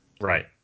Right